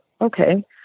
okay